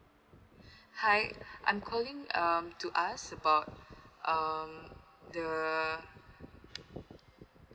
hi I'm calling um to ask about um the